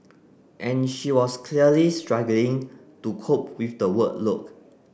and she was clearly struggling to cope with the workload